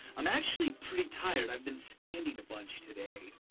i'm actually pretty tired. i've been standing a bunch today.